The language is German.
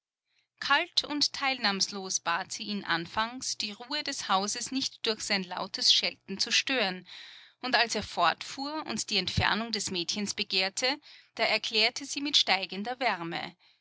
kalt und teilnahmslos bat sie ihn anfangs die ruhe des hauses nicht durch sein lautes schelten zu stören und als er fortfuhr und die entfernung des mädchens begehrte da erklärte sie mit steigender wärme